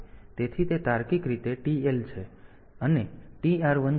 તેથી તે તાર્કિક રીતે TL છે અને TR1 સાથે છે